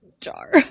jar